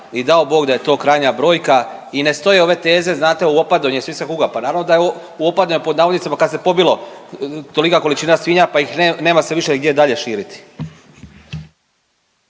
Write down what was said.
i dao Bog da je to krajnja brojka. I ne stoje ove teze znate u opadanju je svinjska kuga, pa navodno da je „u opadanju“ kad se pobilo tolika količina svinja pa ih nema se više gdje dalje širiti.